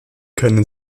können